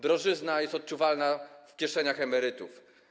Drożyzna jest odczuwalna w kieszeniach emerytów.